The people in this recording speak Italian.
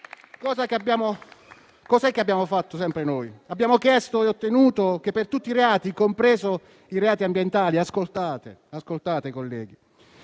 Cos'è che abbiamo fatto, sempre noi? Abbiamo chiesto e ottenuto che per tutti i reati, compresi i reati ambientali *(Commenti)* - ascoltate, colleghi